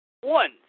one